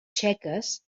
txeques